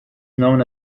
known